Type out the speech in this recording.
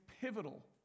pivotal